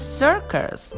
circus